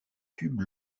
tubes